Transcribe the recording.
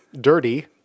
Dirty